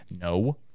No